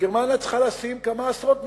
גרמניה צריכה לשים כמה עשרות מיליארדים,